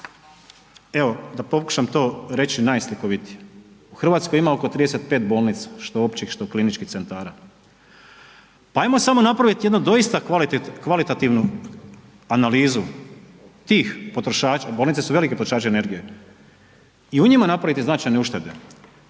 Evo da pokušam to reći najslikovitije, u RH ima oko 35 bolnica, što općih, što kliničkih centara, pa ajmo samo napraviti jedno doista kvalitativnu analizu tih potrošača, bolnice su veliki potrošači energije i u njima napraviti značajne uštede,